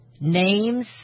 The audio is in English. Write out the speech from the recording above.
names